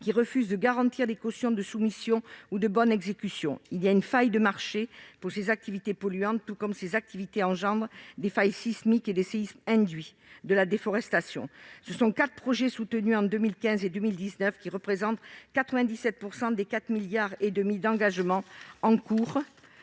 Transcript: qui refusent de garantir les cautions de soumission ou de bonne exécution. Il y a une faille de marché pour ces activités polluantes, tout comme ces activités engendrent des failles sismiques et les séismes induits de la déforestation. Au total, quatre projets soutenus entre 2015 et 2019 représentent 97 % des 4,5 milliards d'euros d'engagements au